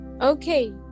Okay